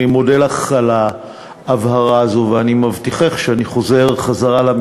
אני מודה לך על ההבהרה הזאת ואני מבטיחך שאני חוזר למשרד,